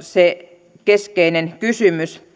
se keskeinen kysymys